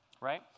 right